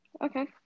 Okay